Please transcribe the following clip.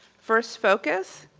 first focus,